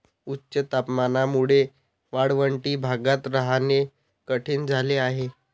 उच्च तापमानामुळे वाळवंटी भागात राहणे कठीण झाले आहे